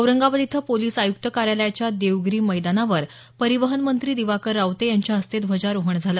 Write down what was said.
औरंगाबाद इथं पोलिस आय्क्त कार्यालयाच्या देवगिरी मैदानावर परिवहन मंत्री दिवाकर रावते यांच्याहस्ते ध्वजारोहण झालं